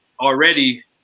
already